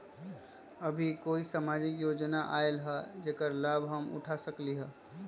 अभी कोई सामाजिक योजना आयल है जेकर लाभ हम उठा सकली ह?